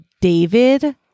David